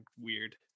weird